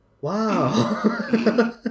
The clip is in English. Wow